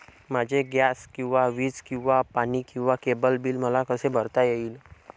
माझे गॅस किंवा वीज किंवा पाणी किंवा केबल बिल मला कसे भरता येईल?